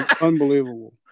unbelievable